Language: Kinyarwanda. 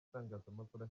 itangazamakuru